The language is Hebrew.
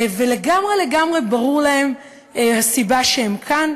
ולגמרי לגמרי ברורה להם הסיבה שהם כאן.